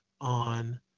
on